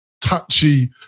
touchy